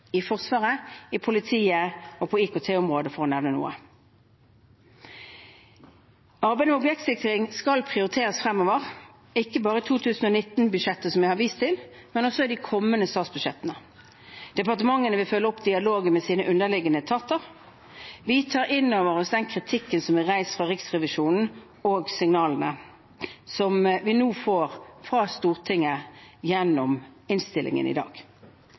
i Forsvaret, i politiet og på IKT-området, for å nevne noe. Arbeidet med objektsikring skal prioriteres fremover, ikke bare i 2019-budsjettet som jeg har vist til, men også i de kommende statsbudsjettene. Departementene vil følge opp dialogen med sine underliggende etater. Vi tar inn over oss den kritikken som er reist fra Riksrevisjonen, og de signalene som vi nå får fra Stortinget gjennom innstillingen i dag.